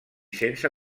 sense